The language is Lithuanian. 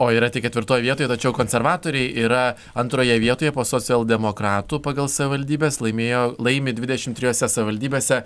o yra tik ketvirtoje vietoje tačiau konservatoriai yra antroje vietoje po socialdemokratų pagal savivaldybes laimėjo laimi dvidešimt trijose savivaldybėse